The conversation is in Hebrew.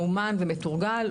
מאומן ומתורגל,